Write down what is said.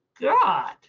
God